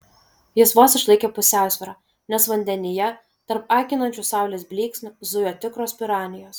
jis vos išlaikė pusiausvyrą nes vandenyje tarp akinančių saulės blyksnių zujo tikros piranijos